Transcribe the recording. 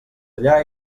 allà